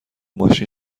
ماشین